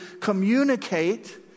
communicate